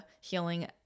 healing